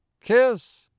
kiss